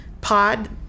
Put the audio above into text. pod